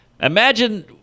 imagine